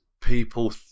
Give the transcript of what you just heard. people